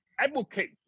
advocate